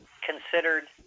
considered